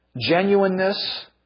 genuineness